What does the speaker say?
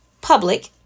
public